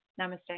Namaste